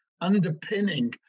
underpinning